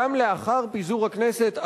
גם לאחר פיזור הכנסת,